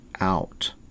out